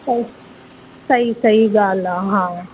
सही सही सही ॻाल्हि आहे हा